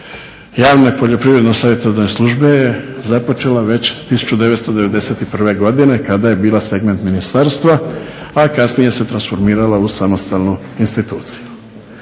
javne Poljoprivredno savjetodavne službe je započela već 1991.godine kada je bila segment ministarstva, a kasnije se transformirala u samostalnu instituciju.